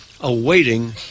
awaiting